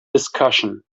discussion